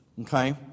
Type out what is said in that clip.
Okay